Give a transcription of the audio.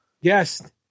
Yes